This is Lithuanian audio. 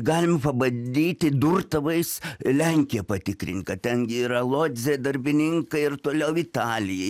galim pabandyti durtuvais lenkiją patikrint kad ten gi yra lodzė darbininkai ir toliau italijai